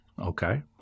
okay